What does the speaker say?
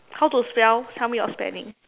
how to spell tell me your spelling